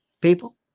people